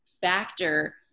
factor